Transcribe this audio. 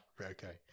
Okay